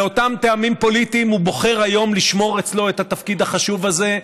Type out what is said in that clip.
מאותם טעמים פוליטיים הוא בוחר היום לשמור אצלו את התפקיד החשוב הזה,